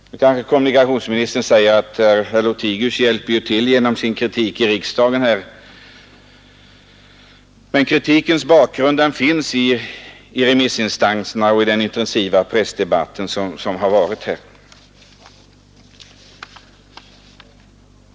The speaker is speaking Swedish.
Nu kanske kommunikationsministern säger att herr Lothigius hjälper ju till genom sin kritik i riksdagen. Men kritikens bakgrund finns i remissinstanserna och i den intensiva press debatt som ägt rum.